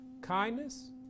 kindness